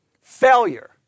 Failure